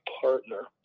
partner